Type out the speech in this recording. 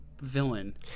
villain